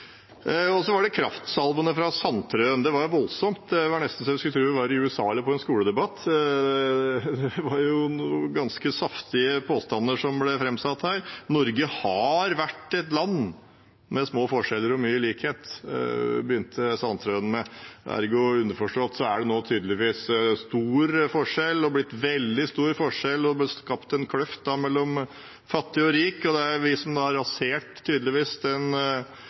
veibygging. Så var det kraftsalvene fra representanten Sandtrøen. Det var voldsomt, det var nesten så man skulle tro man var i USA eller på en skoledebatt. Det var ganske saftige påstander som ble framsatt her. Norge har vært et land med små forskjeller og mye likhet, begynte representanten Sandtrøen med. Ergo og underforstått er det nå tydeligvis stor forskjell, og det har blitt veldig stor forskjell og er skapt en kløft mellom fattig og rik. Og det er vi som tydeligvis har rasert den